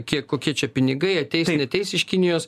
kiek kokie čia pinigai ateis neateis iš kinijos